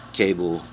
cable